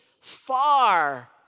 far